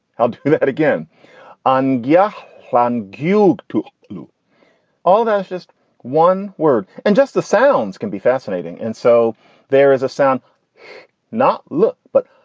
ah do that again on. yeah. plan gilb to do all. that's just one word and just the sounds can be fascinating. and so there is a sound not look but.